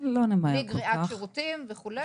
בלי גריעת שירותים וכו',